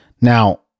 Now